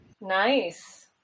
Nice